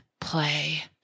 play